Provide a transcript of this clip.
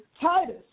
Titus